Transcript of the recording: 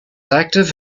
active